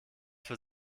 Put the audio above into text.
für